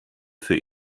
für